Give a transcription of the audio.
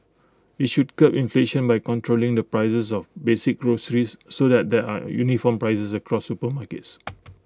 IT should curb inflation by controlling the prices of basic groceries so that there are uniform prices across supermarkets